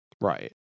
Right